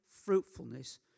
fruitfulness